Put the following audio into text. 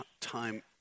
time